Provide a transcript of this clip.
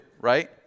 right